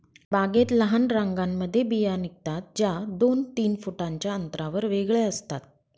बागेत लहान रांगांमध्ये बिया निघतात, ज्या दोन तीन फुटांच्या अंतरावर वेगळ्या असतात